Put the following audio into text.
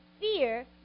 fear